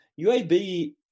UAB